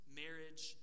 marriage